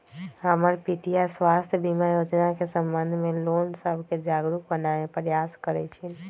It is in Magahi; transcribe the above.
हमर पितीया स्वास्थ्य बीमा जोजना के संबंध में लोग सभके जागरूक बनाबे प्रयास करइ छिन्ह